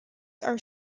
are